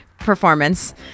performance